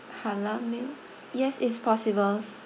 halal meal yes it's possible